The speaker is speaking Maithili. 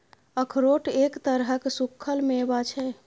अखरोट एक तरहक सूक्खल मेवा छै